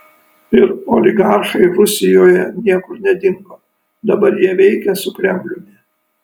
ir oligarchai rusijoje niekur nedingo dabar jie veikia su kremliumi